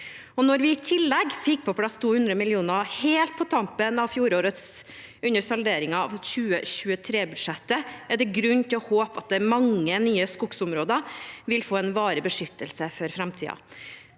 Når vi i tillegg fikk på plass 200 mill. kr helt på tampen av fjoråret under salderingen av 2023budsjettet, er det grunn til å håpe at mange nye skogsområder vil få en varig beskyttelse for framtiden.